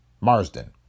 Marsden